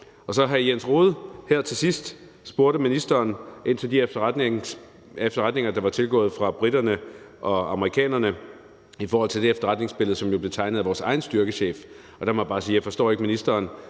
svar på. Og her til sidst spurgte hr. Jens Rohde til de efterretninger, der var tilgået fra briterne og amerikanerne, i forhold til det efterretningsbillede, som blev tegnet af vores egen styrkechef, og der må jeg bare sige, at jeg ikke forstår, at ministeren